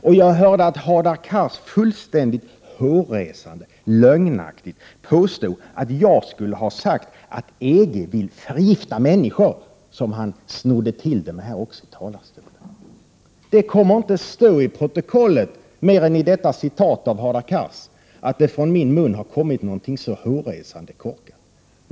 Och jag hörde Hadar Cars fullständigt hårresande lögnaktigt påstå att jag skulle ha sagt att EG vill förgifta människor, som han snodde till det i talarstolen. Det kommer inte att stå i protokollet mer än i detta citat av Hadar Cars att det från min mun kommit någonting så hårresande korkat.